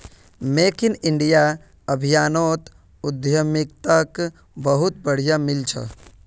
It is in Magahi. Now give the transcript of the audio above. मेक इन इंडिया अभियानोत उद्यमिताक बहुत बढ़ावा मिल छ